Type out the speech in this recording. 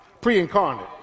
pre-incarnate